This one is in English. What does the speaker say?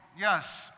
Yes